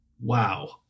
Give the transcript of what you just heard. wow